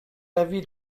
l’avis